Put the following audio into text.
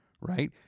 Right